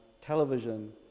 television